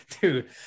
dude